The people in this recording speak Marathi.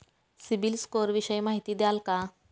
सिबिल स्कोर विषयी माहिती द्याल का?